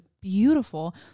beautiful